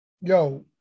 yo